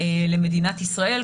למדינת ישראל.